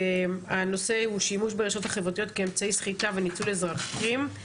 הנושא הוא שימוש ברשתות החברתיות כאמצעי סחיטה וניצול אזרחים.